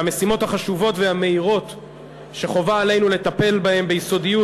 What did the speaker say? והמשימות החשובות שחובה עלינו לטפל בהן ביסודיות